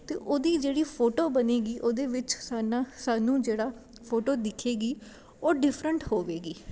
ਅਤੇ ਉਹਦੀ ਜਿਹੜੀ ਫੋਟੋ ਬਣੇਗੀ ਉਹਦੇ ਵਿੱਚ ਸਾਨਾ ਸਾਨੂੰ ਜਿਹੜਾ ਫੋਟੋ ਦਿਖੇਗੀ ਉਹ ਡਿਫਰੈਂਟ ਹੋਵੇਗੀ